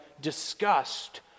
disgust